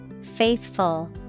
Faithful